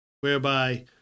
whereby